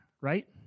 Right